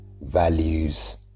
values